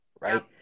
Right